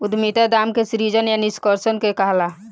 उद्यमिता दाम के सृजन या निष्कर्सन के कहाला